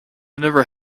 never